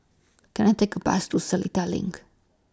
Can I Take A Bus to Seletar LINK